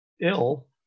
ill